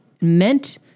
meant